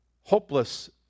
hopeless